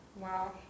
Wow